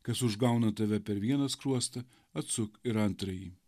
kas užgauna tave per vieną skruostą atsuk ir antrąjį